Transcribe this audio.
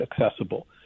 accessible